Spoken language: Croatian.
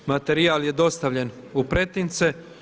Materijal je dostavljen u pretince.